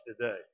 today